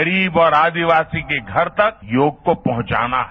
गरीब और आदिवासी के घर तक योग को पहुंचाना है